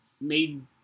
made